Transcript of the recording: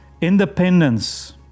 Independence